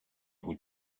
who